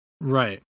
Right